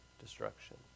destruction